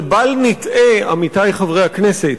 אבל בל נטעה, עמיתי חברי הכנסת,